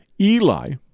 Eli